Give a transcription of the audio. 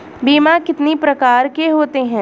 बीमा कितनी प्रकार के होते हैं?